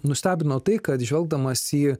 nustebino tai kad žvelgdamas į